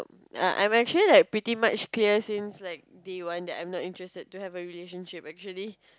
um I'm actually like pretty much clear since like day one that I'm not interested to have a relationship actually